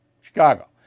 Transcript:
Chicago